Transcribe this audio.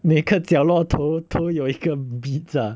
每个角落头都有一个 beats ah